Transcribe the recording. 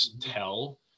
tell